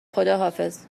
خداحافظ